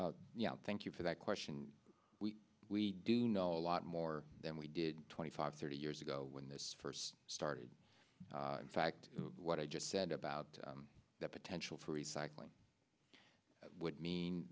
now thank you for that question we do know a lot more than we did twenty five thirty years ago when this first started in fact what i just said about the potential for recycling would mean